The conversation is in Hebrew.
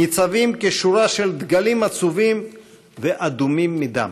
ניצבים כשורה של דגלים עצובים ואדומים מדי.